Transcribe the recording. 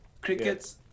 Cricket